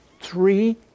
three